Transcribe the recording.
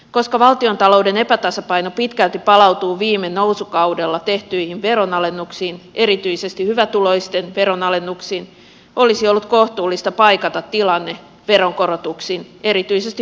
koska valtiontalouden epätasapaino pitkälti palautuu viime nousukaudella tehtyihin veron alennuksiin erityisesti hyvätuloisten veronalennuksiin olisi ollut kohtuullista paikata tilanne veronkorotuksin erityisesti hyvätuloisten veronkorotuksin